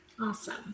Awesome